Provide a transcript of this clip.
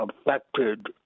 affected